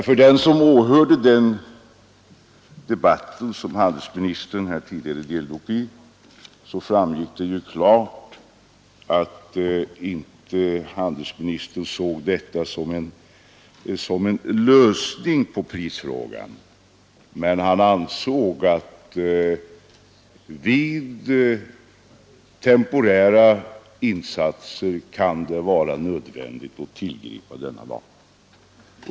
För den som åhörde den debatt som handelsministern här tidigare deltog i framgick det klart att handelsministern inte såg detta som en lösning när det gäller prisstegringen men att han ansåg att det vid vissa tillfällen kan vara nödvändigt att tillgripa denna lag.